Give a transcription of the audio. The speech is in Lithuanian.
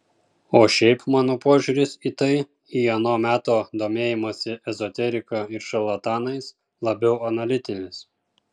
o šiaip mano požiūris į tai į ano meto domėjimąsi ezoterika ir šarlatanais labiau analitinis